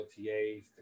OTAs